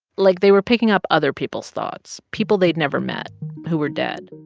like, they were picking up other people's thoughts people they'd never met who were dead.